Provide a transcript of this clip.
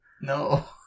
no